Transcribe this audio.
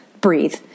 breathe